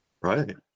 right